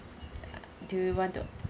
do you want to